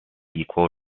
equal